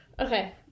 Okay